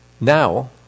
now